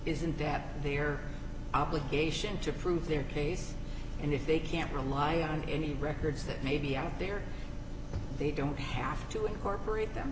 isn't that they are obligation to prove their case and if they can't rely on any records that may be out there they don't have to incorporate them